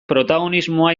protagonismoa